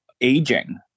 aging